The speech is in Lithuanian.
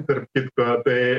tarp kitko tai